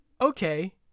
okay